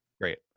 Great